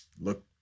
look